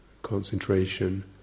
Concentration